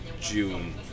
June